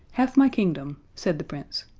half my kingdom, said the prince,